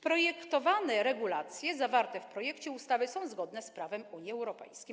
Projektowane regulacje zawarte w projekcie ustawy są zgodne z prawem Unii Europejskiej.